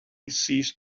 ceased